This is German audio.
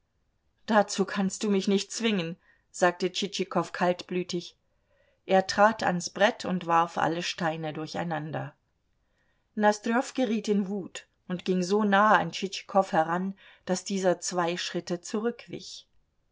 dazu kannst du mich nicht zwingen sagte tschitschikow kaltblütig er trat ans brett und warf alle steine durcheinander nosdrjow geriet in wut und ging so nahe an tschitschikow heran daß dieser zwei schritte zurückwich